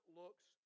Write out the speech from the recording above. looks